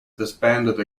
disbanded